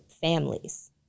families